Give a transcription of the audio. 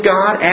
God